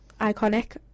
Iconic